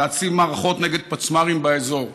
ולהציב מערכות נגד פצמ"רים באזור.